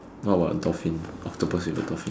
what about a dolphin octopus with a dolphin